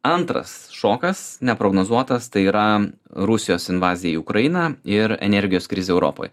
antras šokas neprognozuotas tai yra rusijos invazija į ukrainą ir energijos krizė europoj